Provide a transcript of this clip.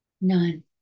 None